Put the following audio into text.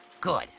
Good